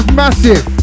massive